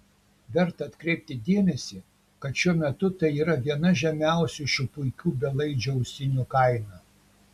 verta atkreipti dėmesį kad šiuo metu tai yra viena žemiausių šių puikių belaidžių ausinių kaina